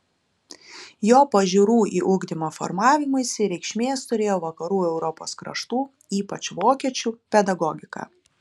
jo pažiūrų į ugdymą formavimuisi reikšmės turėjo vakarų europos kraštų ypač vokiečių pedagogika